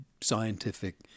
scientific